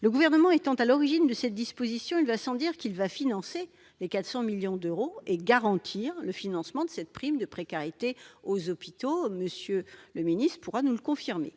Le Gouvernement étant à l'origine de cette disposition, il va sans dire qu'il va financer les 400 millions d'euros et garantir le financement de cette prime de précarité aux hôpitaux. M. le secrétaire d'État pourra nous le confirmer.